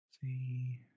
See